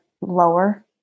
lower